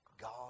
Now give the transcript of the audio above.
God